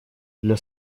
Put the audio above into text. для